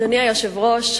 אדוני היושב-ראש,